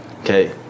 Okay